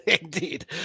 Indeed